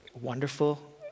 wonderful